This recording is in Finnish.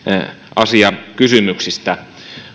asiakysymyksistä